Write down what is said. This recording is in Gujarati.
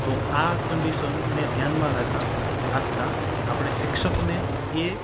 તો આ કંડિશનને ધ્યાનમાં લેતા રાખતા આપડે શિક્ષકને એ